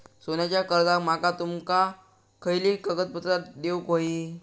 सोन्याच्या कर्जाक माका तुमका खयली कागदपत्रा देऊक व्हयी?